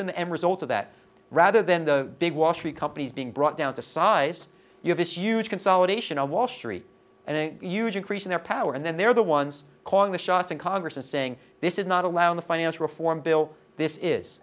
been the end result of that rather than the big wall street companies being brought down to size you have this huge consolidation on wall street and a huge increase in their power and then they're the ones calling the shots in congress and saying this is not allowed in the finance reform bill this is